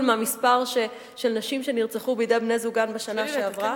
מהמספר של נשים שנרצחו בידי בני-זוגן בשנה שעברה.